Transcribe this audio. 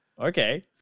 Okay